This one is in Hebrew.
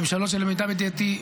ולמיטב ידיעתי,